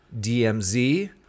DMZ